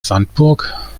sandburg